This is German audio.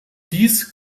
dies